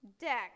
deck